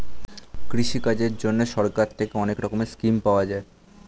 কৃষিকাজের জন্যে সরকার থেকে অনেক রকমের স্কিম পাওয়া যায়